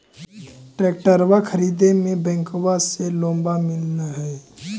ट्रैक्टरबा खरीदे मे बैंकबा से लोंबा मिल है?